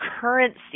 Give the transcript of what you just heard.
currency